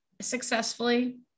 successfully